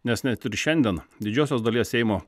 nes net ir šiandien didžiosios dalies seimo